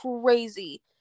crazy